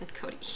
Cody